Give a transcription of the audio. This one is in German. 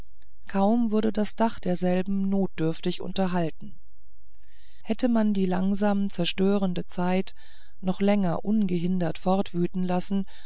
kaum wurde das dach desselben notdürftig unterhalten hätte man die langsam zerstörende zeit noch länger ungehindert fortwüten lassen